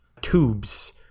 tubes